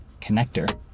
connector